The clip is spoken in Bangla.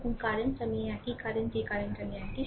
এবং কারেন্ট আমি একই কারেন্ট এই কারেন্ট আমি একই